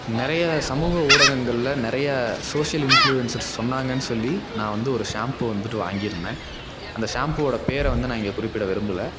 நிறைய சமூக ஊடகங்களில் நிறைய சோஷியல் இன்ஃப்ளூயன்சர்ஸ் சொன்னாங்கன்னு சொல்லி நான் வந்து ஒரு ஷாம்ப்பு வந்துகிட்டு வாங்கியிருந்தேன் அந்த ஷாம்புவோடய பெயர வந்து நான் இங்கே குறிப்பிட விரும்பல